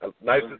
Nice